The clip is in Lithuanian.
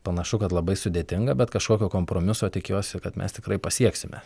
panašu kad labai sudėtinga bet kažkokio kompromiso tikiuosi kad mes tikrai pasieksime